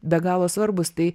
be galo svarbūs tai